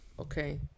Okay